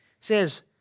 says